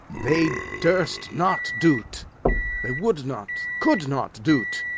they durst not do't they would not, could not do't.